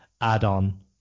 add-on